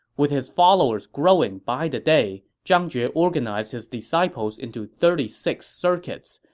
with his followers growing by the day, zhang jue organized his disciples into thirty-six circuits,